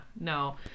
No